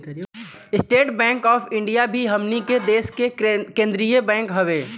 estate Bank of India भी हमनी के देश के केंद्रीय बैंक हवे